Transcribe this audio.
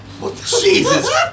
Jesus